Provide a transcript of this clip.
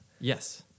yes